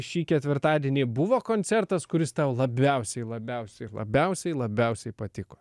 šį ketvirtadienį buvo koncertas kuris tau labiausiai labiausiai labiausiai labiausiai patiko